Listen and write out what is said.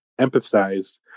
empathize